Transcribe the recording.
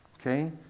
Okay